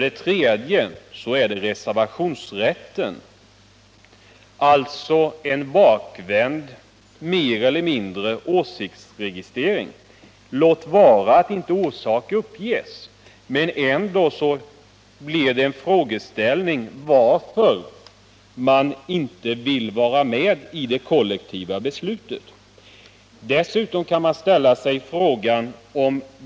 Då återstår bara reservationsrätten, alltså mer eller mindre en bakvänd åsiktsregistrering. Låt vara att orsak inte uppges, men ändå uppkommer frågeställningen varför man inte vill vara med i det kollektiva beslutet.